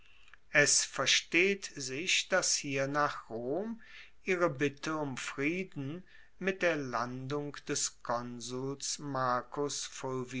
es versteht sich dass hiernach rom ihre bitte um frieden mit der landung des konsuls marcus